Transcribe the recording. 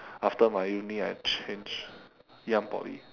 after my uni I change ngee ann poly